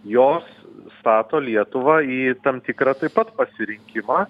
jos stato lietuvą į tam tikrą taip pat pasirinkimą